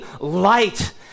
light